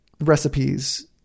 recipes